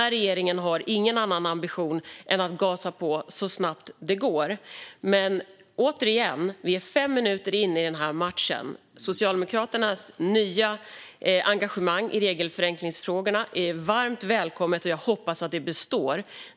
Regeringen har ingen annan ambition än att gasa på så snabbt det går. Men återigen: Vi är fem minuter in i matchen. Socialdemokraternas nya engagemang i regelförenklingsfrågorna är varmt välkommet. Jag hoppas att det består.